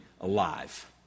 alive